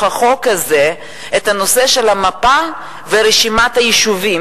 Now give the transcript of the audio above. החוק הזה את הנושא של המפה ורשימת היישובים,